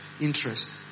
interest